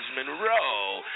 Monroe